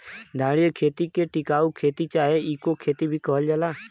धारणीय खेती के टिकाऊ खेती चाहे इको खेती भी कहल जाला